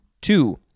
Two